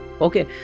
Okay